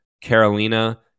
Carolina